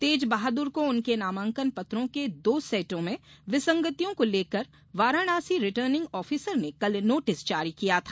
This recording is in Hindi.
तेज बहादुर को उनके नामांकन पत्रों के दो सेटों में विसंगतियों को लेकर वाराणसी रिटर्निंग ऑफिसर ने कल नोटिस जारी किया था